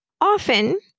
Often